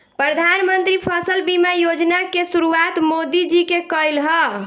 प्रधानमंत्री फसल बीमा योजना के शुरुआत मोदी जी के कईल ह